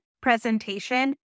presentation